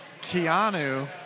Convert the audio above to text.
Keanu